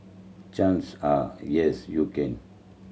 chance are yes you can